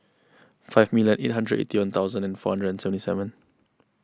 five million eight hundred eighty one thousand and four hundred and seventy seven